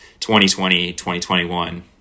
2020-2021